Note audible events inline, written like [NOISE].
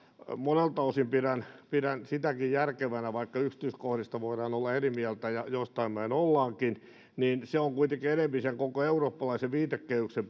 monelta osin pidän pidän järkevänä vaikka yksityiskohdista voidaan olla eri mieltä ja joistain ollaankin on kuitenkin enempi sen koko eurooppalaisen viitekehyksen [UNINTELLIGIBLE]